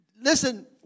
listen